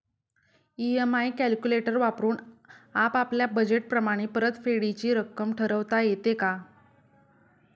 EMI calculator वापरून आपापल्या budget प्रमाणे परतफेडीची रक्कम ठरवता येते का?